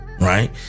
right